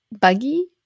buggy